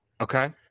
Okay